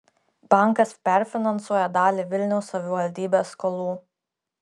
bankas perfinansuoja dalį vilniaus savivaldybės skolų